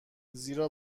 زیرا